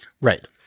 Right